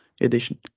edition